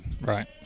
Right